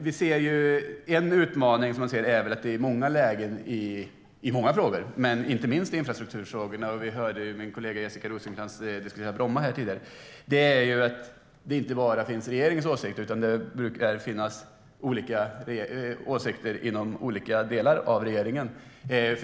Vi hörde min kollega Jessica Rosencrantz diskutera Bromma här tidigare, och en utmaning som man ser är väl att det i många lägen i många frågor, men inte minst i infrastrukturfrågorna, inte bara finns regeringens åsikt utan olika åsikter inom olika delar av regeringen.